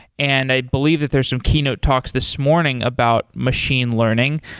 and i believe that there's some keynote talks this morning about machine learning.